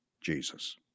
Jesus